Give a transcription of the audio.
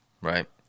right